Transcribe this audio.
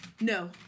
no